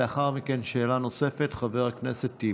לאחר מכן שאלה נוספת לחבר הכנסת טיבי.